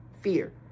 fear